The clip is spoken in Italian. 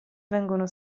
vengono